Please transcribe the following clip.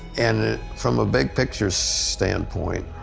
and from a big picture standpoint,